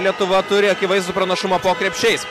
lietuva turi akivaizdų pranašumą po krepšiais